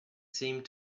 seemed